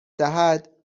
دهد